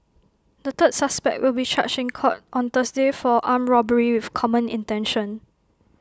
the third suspect will be charged in court on Thursday for armed robbery with common intention